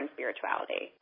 spirituality